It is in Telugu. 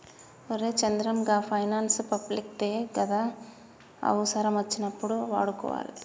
ఒరే చంద్రం, గా పైనాన్సు పబ్లిక్ దే గదా, అవుసరమచ్చినప్పుడు వాడుకోవాలె